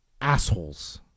Assholes